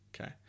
okay